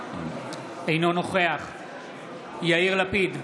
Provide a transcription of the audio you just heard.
אינו נוכח יאיר לפיד,